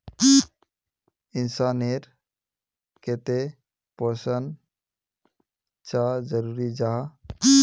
इंसान नेर केते पोषण चाँ जरूरी जाहा?